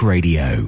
Radio